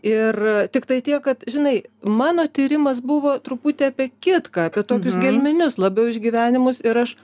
ir tiktai tiek kad žinai mano tyrimas buvo truputį apie kitką apie tokius gelminius labiau išgyvenimus ir aš